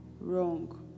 wrong